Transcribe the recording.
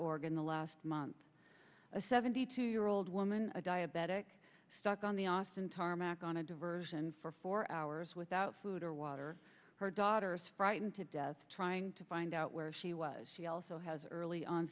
org in the last month a seventy two year old woman a diabetic stuck on the austin tarmac on a diversion for four hours without food or water her daughter is frightened to death trying to find out where she was she also has early on